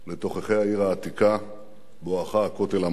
לתוככי העיר העתיקה בואכה הכותל המערבי.